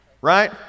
Right